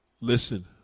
Listen